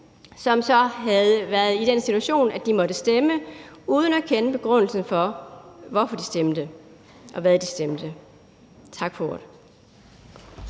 som så ville have været i den situation, at de måtte stemme uden at kende begrundelsen for, de stemte, som de gjorde. Tak for ordet.